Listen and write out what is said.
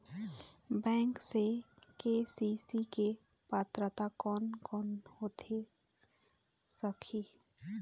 Bank से KCC के पात्रता कोन कौन होथे सकही?